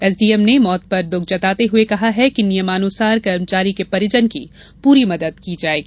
SDM ने मौत पर दुख जताते हुए कहा कि नियमानुसार कर्मचारी के परिजन की पूरी मदद की जाएगी